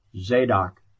Zadok